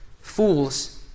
fools